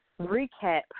recap